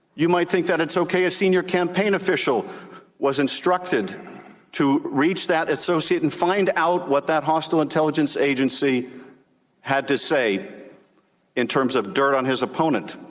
you might think that it's okay a senior campaign official was instructed to reach that associate and find out what that hostile intelligence agency had to say in terms of dirt on his opponent.